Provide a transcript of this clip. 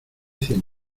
cien